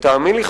ותאמין לי,